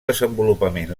desenvolupament